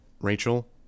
rachel